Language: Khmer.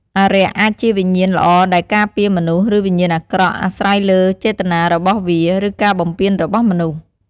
អារក្សអាចជាវិញ្ញាណល្អដែលការពារមនុស្ស ឬវិញ្ញាណអាក្រក់ អាស្រ័យលើចេតនារបស់វា ឬការបំពានរបស់មនុស្ស។